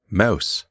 mouse